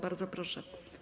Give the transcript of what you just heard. Bardzo proszę.